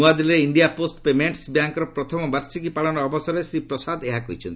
ନୂଆଦିଲ୍ଲୀରେ India Post payments ବ୍ୟାଙ୍କ୍ର ପ୍ରଥମ ବାର୍ଷିକୀ ପାଳନ ଅବସରରେ ଶ୍ରୀ ପ୍ରସାଦ ଏହା କହିଛନ୍ତି